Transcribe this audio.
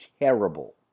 terrible